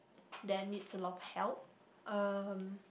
that needs a lot of help um